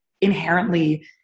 inherently